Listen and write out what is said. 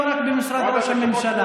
לא רק במשרד ראש הממשלה.